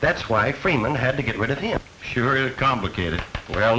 that's why freeman had to get rid of the period complicated we